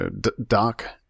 doc